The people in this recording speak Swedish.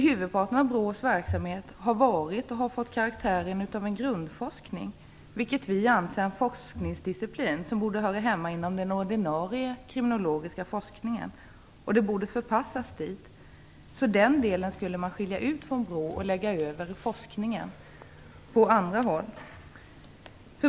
Huvudparten av BRÅ:s verksamhet har fått karaktären av grundforskning, vilket vi anser är en forskningsdisciplin som borde höra hemma inom den ordinarie kriminologiska forskningen och borde förpassas dit. Den delen borde man skilja ut från BRÅ och lägga över forskningen på andra håll.